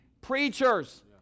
preachers